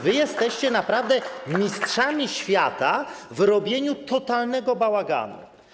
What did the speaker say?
Wy jesteście naprawdę mistrzami świata w robieniu totalnego bałaganu.